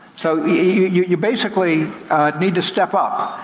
so you basically need to step up.